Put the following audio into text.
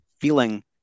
feeling